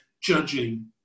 judging